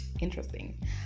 interesting